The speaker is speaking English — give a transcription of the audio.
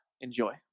Enjoy